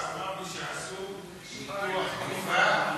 ואמר לי שעשו ניתוח גופה,